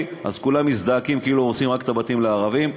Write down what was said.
אז כולם מזדעקים כאילו הורסים את הבתים רק לערבים.